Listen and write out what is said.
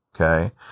Okay